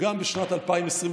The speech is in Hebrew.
מופיעה בשום מקום אצלו,